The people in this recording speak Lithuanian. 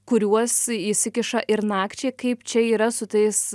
kuriuos įsikiša ir nakčiai kaip čia yra su tais